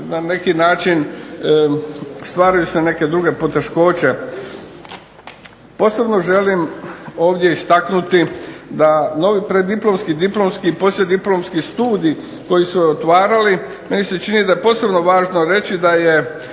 na neki način stvaraju se neke druge poteškoće. Posebno želim ovdje istaknuti da novi preddiplomskim, diplomski i poslijediplomski studij koji su se otvarali, meni se čini da je posebno važno reći da je